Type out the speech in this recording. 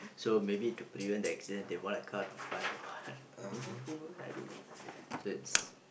so maybe to prevent that accident they want a car to fly off what maybe who knows I don't know so it's